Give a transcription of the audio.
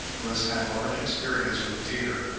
who has had large experience with deer,